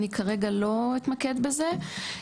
אני כרגע לא אתמקד בזה,